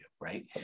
right